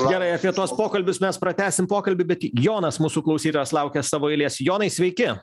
gerai apie tuos pokalbius mes pratęsim pokalbį bet jonas mūsų klausytojas laukia savo eilės jonai sveiki